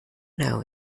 know